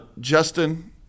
Justin